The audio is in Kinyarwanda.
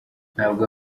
ntabwo